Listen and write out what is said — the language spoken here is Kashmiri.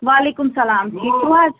وعلیکُم سلام ٹھیٖک چھُو حظ